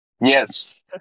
Yes